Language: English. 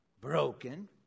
broken